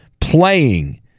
playing